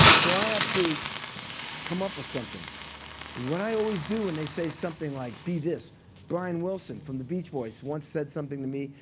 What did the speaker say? so i have to come up with something. and what i always do when they say something like, be this brian wilson from the beach boys once said something to me.